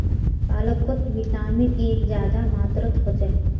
पालकोत vitamin A ज्यादा मात्रात होछे